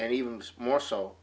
and even more so